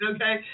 Okay